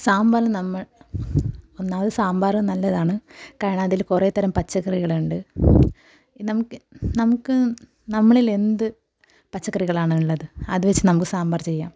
സാമ്പാറിന് നമ്മൾ ഒന്നാമത് സാമ്പാർ നല്ലതാണ് കാരണം അതിൽ കുറെ തരം പച്ചക്കറികളുണ്ട് നമുക്ക് നമുക്ക് നമ്മളിൽ എന്ത് പച്ചക്കറികളാണ് ഉള്ളത് അത് വച്ച് നമുക്ക് സാമ്പാർ ചെയ്യാം